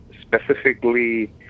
specifically